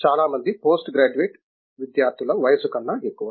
చాలా మంది post graduate విద్యార్థుల వయస్సు కన్నా ఎక్కువ